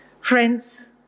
Friends